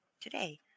today